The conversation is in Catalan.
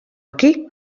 aquí